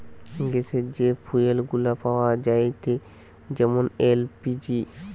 গ্যাসের যে ফুয়েল গুলা পাওয়া যায়েটে যেমন এল.পি.জি